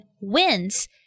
wins